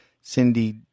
Cindy